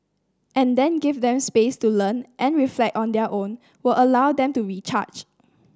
and then give them space to learn and reflect on their own will allow them to recharge